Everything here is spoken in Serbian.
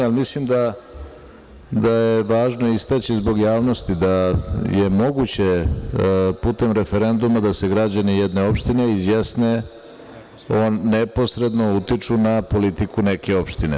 Ali, mislim da je važno istaći zbog javnosti, da je moguće putem referenduma da se građani jedne opštine izjasne, neposredno utiču na politiku neke opštine.